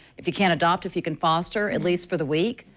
if you can't adopt if you can foster at least for the week,